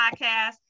podcast